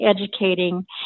educating